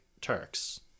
Turks